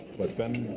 but then,